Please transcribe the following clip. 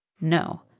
No